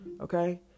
Okay